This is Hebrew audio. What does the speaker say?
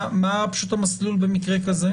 מה פשוט המסלול במקרה כזה?